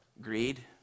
Greed